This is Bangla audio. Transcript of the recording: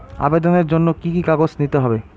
আবেদনের জন্য কি কি কাগজ নিতে হবে?